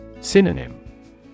Synonym